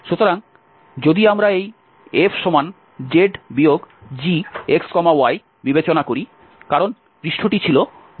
সুতরাং যদি আমরা এই fz gxy বিবেচনা করি কারণ পৃষ্ঠটি ছিল zgxy